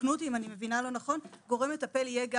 ותקנו אותי אם אני מבינה לא נכון גורם מטפל יהיה גם